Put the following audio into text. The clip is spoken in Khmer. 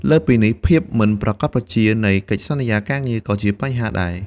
លើសពីនេះ ភាពមិនប្រាកដប្រជានៃ កិច្ចសន្យាការងារ ក៏ជាបញ្ហាដែរ។